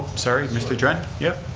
sorry, mr. trent. yeah.